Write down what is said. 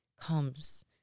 comes